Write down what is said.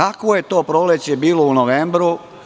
Kakvo je to proleće bilo u novembru?